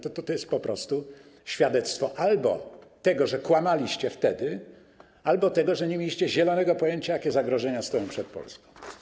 To jest po prostu świadectwo albo tego, że wtedy kłamaliście, albo tego, że nie mieliście zielonego pojęcia, jakie zagrożenia stoją przed Polską.